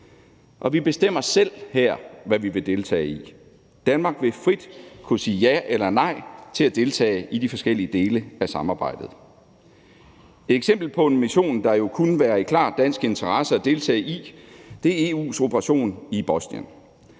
EU. Vi bestemmer selv her, hvad vi vil deltage i. Danmark vil frit kunne sige ja eller nej til at deltage i de forskellige dele af samarbejdet. Et eksempel på en mission, der jo kunne være i klar dansk interesse at deltage i, er EU's operation i Bosnien.